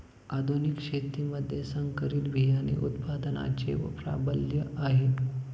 आधुनिक शेतीमध्ये संकरित बियाणे उत्पादनाचे प्राबल्य आहे